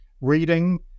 Reading